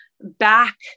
back